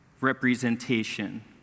representation